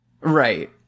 Right